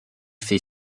fait